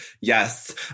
yes